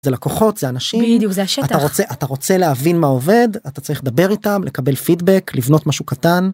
זה לקוחות זה אנשים בדיוק, זה השטח, אתה רוצה אתה רוצה להבין מה עובד אתה צריך לדבר איתם לקבל פידבק לבנות משהו קטן.